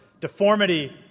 deformity